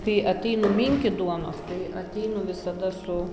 kai ateinu minkyt duonos ateinu visada su